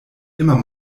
immer